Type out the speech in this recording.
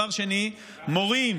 והסתה נגד המדינה כן, דבר שני, מורים,